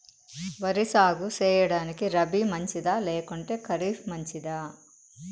వరి సాగు సేయడానికి రబి మంచిదా లేకుంటే ఖరీఫ్ మంచిదా